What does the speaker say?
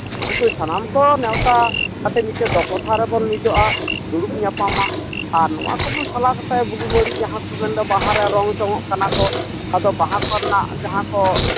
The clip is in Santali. ᱩᱱᱠᱩ ᱥᱟᱱᱟᱢ ᱠᱚ ᱱᱮᱣᱛᱟ ᱠᱟᱛᱮᱫ ᱢᱤᱫᱴᱟᱱ ᱫᱚᱯᱚᱛᱷᱟ ᱨᱮᱵᱚᱱ ᱢᱤᱫᱚᱜᱼᱟ ᱫᱩᱲᱩᱯ ᱧᱟᱯᱟᱢᱟ ᱟᱨ ᱱᱚᱣᱟ ᱠᱚᱵᱚᱱ ᱥᱟᱞᱟ ᱜᱚᱴᱟᱭᱟ ᱵᱩᱜᱤ ᱵᱟᱹᱲᱤᱡ ᱡᱟᱦᱟᱸ ᱠᱚ ᱢᱮᱱᱫᱟ ᱵᱟᱦᱟ ᱨᱮ ᱨᱚᱝ ᱪᱚᱝᱚᱜ ᱠᱟᱱᱟ ᱠᱚ ᱵᱟᱦᱟ ᱠᱚᱨᱮᱱᱟᱜ ᱡᱟᱦᱟᱸ ᱠᱚ